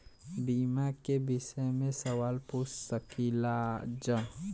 बीमा के विषय मे सवाल पूछ सकीलाजा?